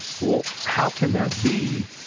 well, how can that be?